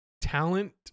talent